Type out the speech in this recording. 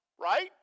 Right